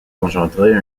engendrer